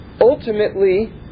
ultimately